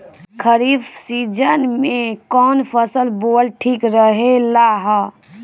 खरीफ़ season में कौन फसल बोअल ठिक रहेला ह?